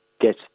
get